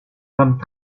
femmes